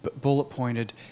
bullet-pointed